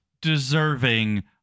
deserving